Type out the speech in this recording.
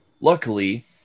Luckily